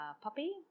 puppy